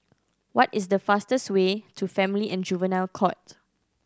what is the fastest way to Family and Juvenile Court